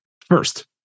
First